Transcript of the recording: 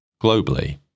globally